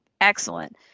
excellent